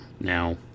Now